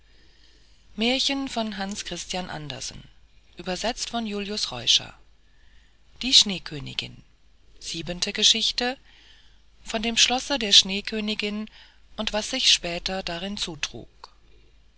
schloß stand siebente geschichte von dem schlosse der schneekönigin und was sich später darin zutrug